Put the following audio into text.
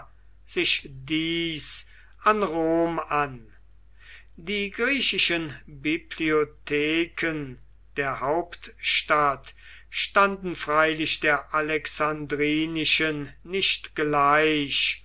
sich dies an rom an die griechischen bibliotheken der hauptstadt standen freilich der alexandrinischen nicht gleich